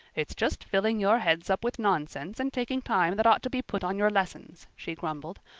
it's just filling your heads up with nonsense and taking time that ought to be put on your lessons, she grumbled.